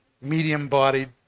medium-bodied